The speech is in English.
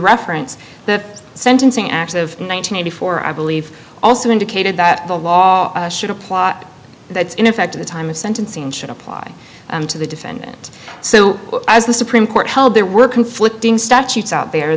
reference the sentencing act of nine hundred eighty four i believe also indicated that the law should apply that's in effect to the time of sentencing should apply to the defendant so as the supreme court held there were conflicting statutes out there